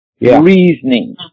Reasoning